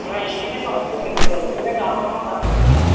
ஆ இனிமே பார்த்துக்கறேன் டீச்சர் இனிமே கவனமாக பார்த்துக்கறேன்